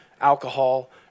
alcohol